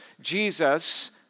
Jesus